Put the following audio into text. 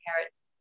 carrots